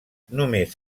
només